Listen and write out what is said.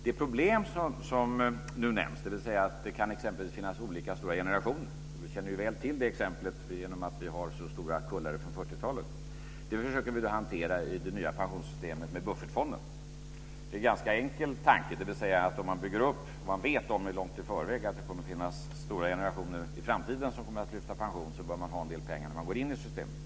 Det problem som nu nämns är att det exempelvis kan finnas olika stora generationer. Vi känner ju väl till det exemplet genom att vi har så stora kullar från 40-talet. Detta försöker vi hantera i det nya pensionssystemet med buffertfonder. Det är en ganska enkel tanke. Om det går att veta långt i förväg att det kommer att finnas stora generationer i framtiden som kommer att lyfta pension bör det finnas en del pengar när man går in i systemet.